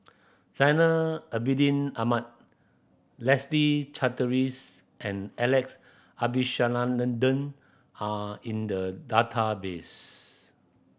Zainal Abidin Ahmad Leslie Charteris and Alex Abisheganaden are in the database